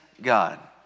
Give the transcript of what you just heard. God